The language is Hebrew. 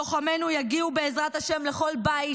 לוחמינו יגיעו, בעזרת השם, לכל בית,